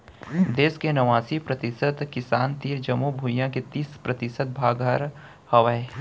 देस के नवासी परतिसत किसान तीर जमो भुइयां के तीस परतिसत भाग हर हावय